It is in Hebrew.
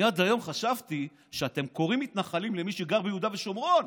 אני עד היום חשבתי שאתם קוראים מתנחלים למי שגר ביהודה ושומרון,